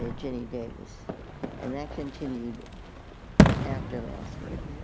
ah jenny davis and that continued after law school.